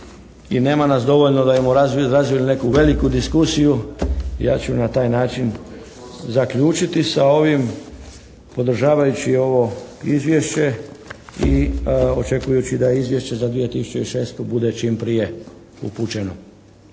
i nema nas dovoljno da bimo razvili neku veliku diskusiju. Ja ću na taj način zaključiti sa ovim, podržavajući ovo izvješće i očekujući da izvješće za 2006. bude čim prije upućeno.